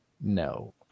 No